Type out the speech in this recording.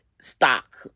stock